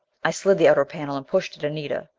i slid the outer panel and pushed at anita.